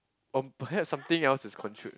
or perhaps something else is contri~